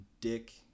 Dick